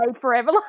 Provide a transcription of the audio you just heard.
forever